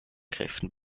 kräften